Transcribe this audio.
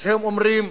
כשהם אומרים: